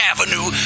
Avenue